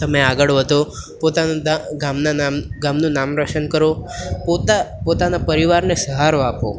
તમે આગળ વધો પોતાનાં ગામનાં નામ ગામનું નામ રોશન કરો પોતાના પરિવારને સહારો આપો